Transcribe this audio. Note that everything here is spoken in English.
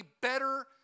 better